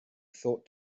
thought